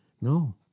no